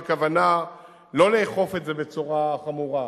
הכוונה לא לאכוף את זה בצורה חמורה,